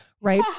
right